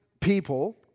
people